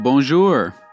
Bonjour